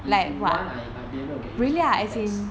if you want I might be able to get you some contacts